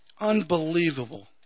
Unbelievable